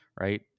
right